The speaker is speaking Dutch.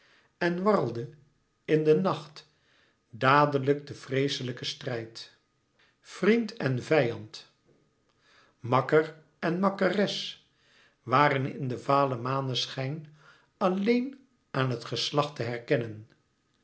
en warrelde in de nacht dadelijk de vreeslijke strijd vriend en vijand makker en makkeres waren in den valen maneschijn alleen aan het geslacht te herkennen